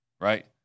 Right